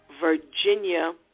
Virginia